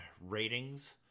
ratings